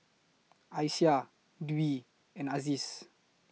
Aisyah Dwi and Aziz